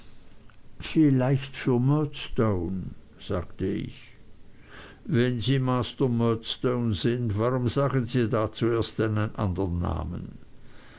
vielleicht für murdstone sagte ich wenn sie master murdstone sind warum sagen sie da zuerst einen andern namen